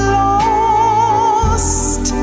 lost